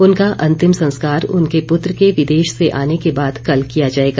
उनका अंतिम संस्कार उनके पुत्र के विदेश से आने के बाद कल किया जायेगा